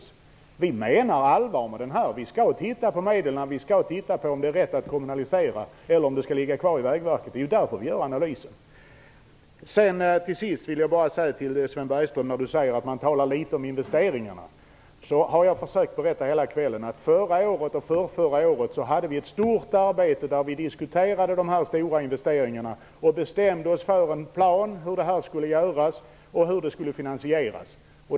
Vi menar allvar med att vi skall titta på medlen och om det är rätt att kommunalisera eller om vägnäten fortfarande skall ligga kvar i Vägverket. Det är ju därför vi gör analysen. Slutligen vill jag bara säga till Sven Bergström, som säger att det talas litet om investeringarna, att jag har hela kvällen försökt berätta att förra och förrförra året genomförde vi ett stort arbete där vi diskuterade dessa stora investeringar. Vi bestämde oss då för en plan för hur detta skulle genomföras och hur det skulle finansieras.